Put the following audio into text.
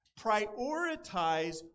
Prioritize